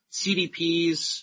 CDPs